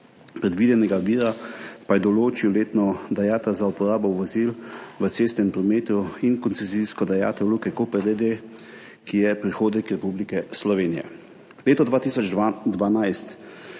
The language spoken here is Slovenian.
predvideni vir pa je določil letno dajatev za uporabo vozil v cestnem prometu in koncesijsko dajatev Luke Koper, ki je prihodek Republike Slovenije. Leta 2012